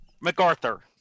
MacArthur